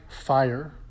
fire